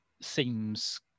seems